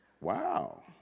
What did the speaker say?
wow